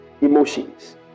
emotions